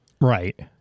Right